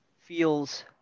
feels